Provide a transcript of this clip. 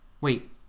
Wait